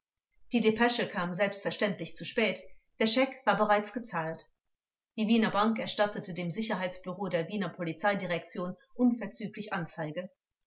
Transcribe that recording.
die depesche kam selbstverständlich zu spät der scheck war bereits gezahlt die wiener bank erstattete dem sicherheitsbureau der wiener polizeidirektion unverzüglich anzeige